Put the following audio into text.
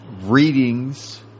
readings